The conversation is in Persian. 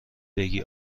بگی